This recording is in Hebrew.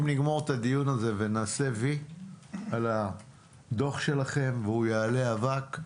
אם נגמור את הדיון הזה ונעשה "וי" על הדוח שלכם והוא יעלה אבק,